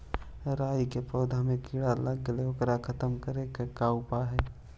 राई के पौधा में किड़ा लग गेले हे ओकर खत्म करे के का उपाय है?